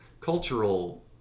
cultural